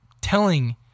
telling